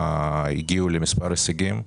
הן הגיעו למספר הישגים.